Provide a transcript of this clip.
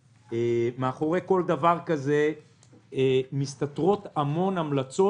מאחורי כל דבר כזה מסתתרות בדוח המון המלצות